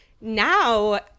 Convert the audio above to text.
now